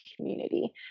community